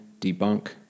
debunk